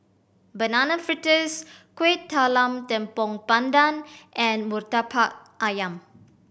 Banana Fritters Kueh Talam Tepong Pandan and Murtabak Ayam